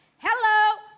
Hello